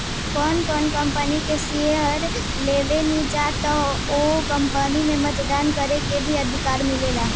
कौनो कंपनी के शेयर लेबेनिजा त ओ कंपनी में मतदान करे के भी अधिकार मिलेला